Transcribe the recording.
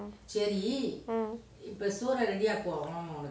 um